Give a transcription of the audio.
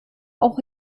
auch